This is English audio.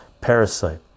parasite